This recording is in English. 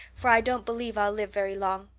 for i don't believe i'll live very long.